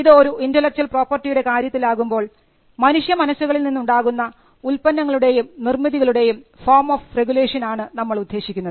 ഇത് ഒരു intellectual property യുടെ കാര്യത്തിലാകുമ്പോൾ മനുഷ്യമനസ്സുകളിൽ നിന്നുണ്ടാകുന്ന ഉൽപ്പന്നങ്ങളുടെയും നിർമ്മിതികളുടെയും ഫോം ഓഫ് റെഗുലേഷൻ ആണ് നമ്മൾ ഉദ്ദേശിക്കുന്നത്